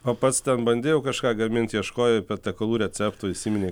o pats bandei jau kažką gamint ieškojai patiekalų receptų įsiminei